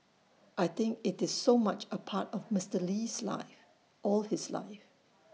I think IT is so much A part of Mister Lee's life all his life